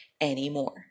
anymore